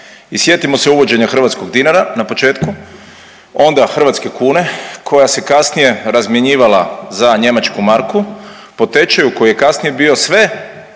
I sjetimo se uvođenja hrvatskog dinara na početku, onda hrvatske kune koja se kasnije razmjenjivala za njemačku marku po tečaju koji je kasnije bio sve